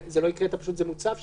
לא הקראת את זה זה פשוט מוצע שם.